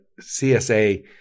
CSA